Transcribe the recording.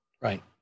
Right